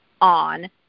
on